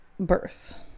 birth